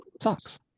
Sucks